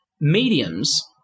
mediums